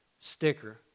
sticker